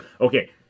okay